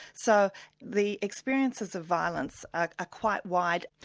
so the experiences of violence are quite wide.